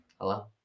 Hello